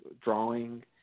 drawing